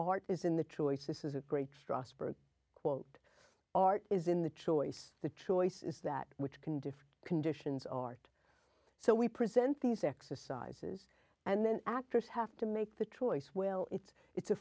art is in the choice this is a great strasberg quote art is in the choice the choice is that which can different conditions art so we present these exercises and then actors have to make the choice well it's it's a